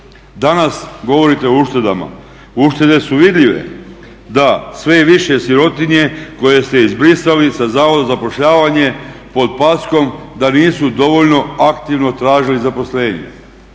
Danas govorite o uštedama. Uštede su vidljive, da sve je više sirotinje koje ste izbrisali sa Zavoda za zapošljavanje pod paskom da nisu dovoljno aktivno tražili zaposlenje.